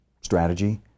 strategy